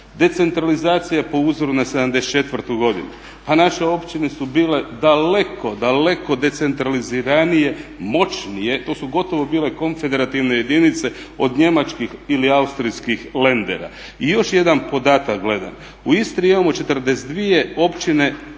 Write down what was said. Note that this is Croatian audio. Decentralizacija po uzoru na '74. godinu, pa naše općine su bile daleko, daleko decentraliziranije, moćnije. To su gotovo bile konfederativne jedinice od njemačkih ili austrijskih ländera. I još jedan podatak gledam, u Istri imamo 42 općine